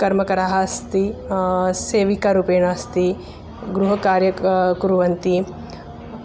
कर्मकराः अस्ति सेविकारूपेण अस्ति गृहकार्यं क कुर्वन्ति